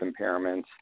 impairments